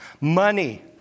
Money